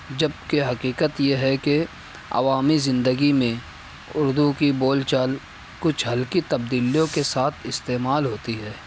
جب کہ حقیقت یہ ہے کہ عوامی زندگی میں اردو کی بول چال کچھ ہلکی تبدیلیوں کے ساتھ استعمال ہوتی ہے